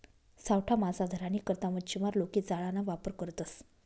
सावठा मासा धरानी करता मच्छीमार लोके जाळाना वापर करतसं